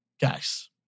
Guys